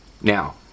Now